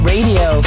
Radio